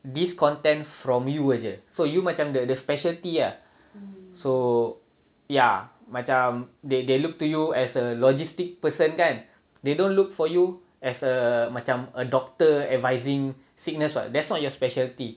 this content from you jer so you macam the speciality ah so ya macam they they look to you as a logistic person then they don't look for you as a macam a doctor advising sickness [what] that's not your speciality